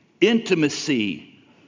intimacy